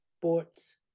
sports